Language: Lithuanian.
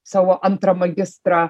savo antrą magistrą